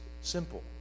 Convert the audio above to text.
simple